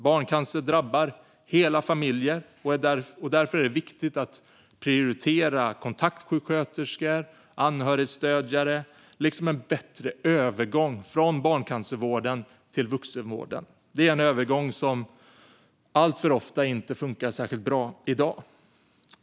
Barncancer drabbar hela familjer, och därför är det viktigt att prioritera kontaktsjuksköterskor och anhörighetsstödjare liksom en bättre övergång från barncancervården till vuxenvården. Det är en övergång som alltför ofta inte fungerar särskilt bra i dag.